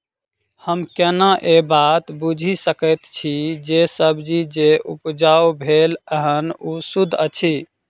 हम केना ए बात बुझी सकैत छी जे सब्जी जे उपजाउ भेल एहन ओ सुद्ध अछि?